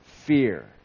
Fear